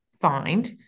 find